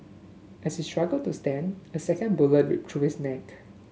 as he struggled to stand a second bullet ripped through his neck